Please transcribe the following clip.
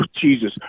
Jesus